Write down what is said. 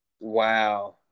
Wow